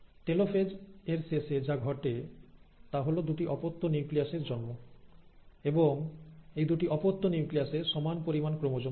telophase এর শেষে যা ঘটে তা হল দুটি অপত্য নিউক্লিয়াস এর জন্ম এবং এই দুটি অপত্য নিউক্লিয়াসে সমান পরিমাণ ক্রোমোজোম থাকে